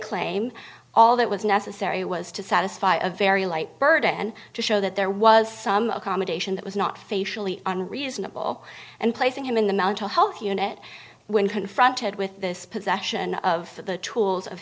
claim all that was necessary was to satisfy a very light burden and to show that there was some accommodation that was not facially unreasonable and placing him in the mountain health unit when confronted with this possession of the tools of